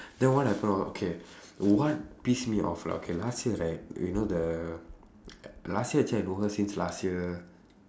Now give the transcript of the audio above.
then what happened was okay what pissed me off lah okay last year right you know the last year actually I know her since last year